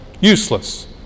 useless